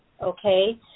Okay